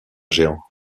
jehan